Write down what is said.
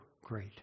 great